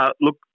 Look